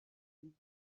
him